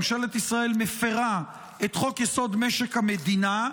ממשלת ישראל מפירה את חוק-יסוד: משק המדינה,